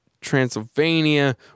Transylvania